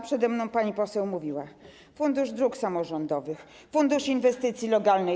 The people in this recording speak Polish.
Przede mną pani poseł mówiła o Funduszu Dróg Samorządowych i funduszu inwestycji lokalnych.